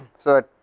so,